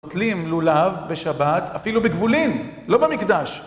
נוטלים לולב בשבת אפילו בגבולים, לא במקדש.